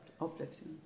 uplifting